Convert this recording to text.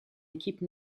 équipe